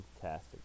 fantastic